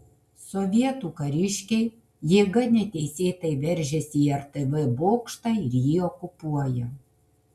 sovietų kariškiai jėga neteisėtai veržiasi į rtv bokštą ir jį okupuoja